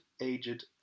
aged